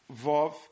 Vov